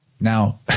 Now